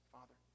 Father